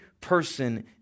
person